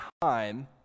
time